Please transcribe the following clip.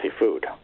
food